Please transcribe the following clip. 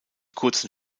kurzen